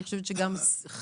אני חושבת שגם שיאו,